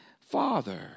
Father